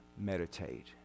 meditate